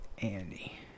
Andy